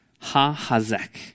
ha-hazek